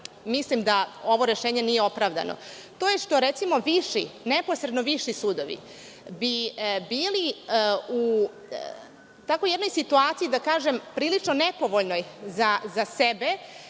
mislim da ovo rešenje nije opravdano. To je što neposredno viši sudovi bi bili u jednoj situaciji, da kažem prilično nepovoljnoj za sebe,